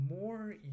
more